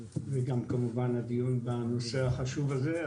וגם כמובן הדיון בנושא החשוב הזה.